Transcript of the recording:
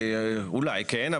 אולי כן,